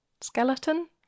skeleton